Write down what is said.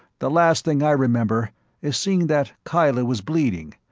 the last thing i remember is seeing that kyla was bleeding,